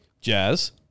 Jazz